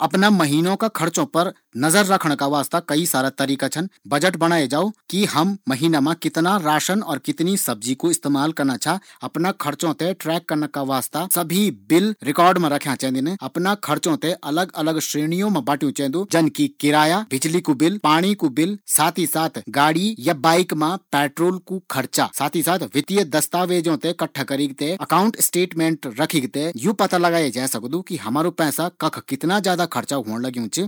अपणा महीनों का खर्चा पर नजर रखणा का वास्ता कई सारा तरीका छन। बजट बणाये जौ कि हम महीना मा कितना राशन और सब्जी कू इस्तेमाल करना लग्यां छा? अपना खर्चों थें ट्रैक करना का वास्ता सभी बिल रिकॉर्ड मा रखियाँ चैदिन। अफणा खर्चों थें अलग अलग श्रेणियों मा बांटियूँ चैन्दु। जन कि किराया, बिजली कू बिल, पाणी कू बिल। साथ ही गाड़ी या बाइक मा पेट्रोल कू खर्चा। साथ ही वित्तीय दस्तावेजों थें इकट्ठा करीक थें अकॉउंट स्टेटमेंट रखीक थें यू पता लगाये जै सकदू कि हमारु पैसा कख कितना खर्च होण लग्यु च